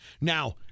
Now